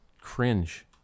cringe